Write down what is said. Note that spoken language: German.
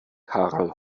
karl